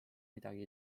midagi